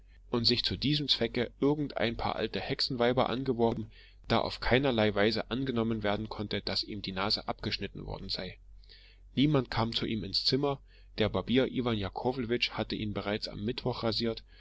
und sich zu diesem zwecke irgendein paar alte hexenweiber angeworben da auf keinerlei weise angenommen werden konnte daß ihm die nase abgeschnitten worden sei niemand kam zu ihm ins zimmer der barbier iwan jakowlewitsch hatte ihn bereits am mittwoch rasiert